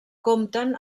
compten